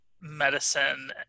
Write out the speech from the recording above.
medicine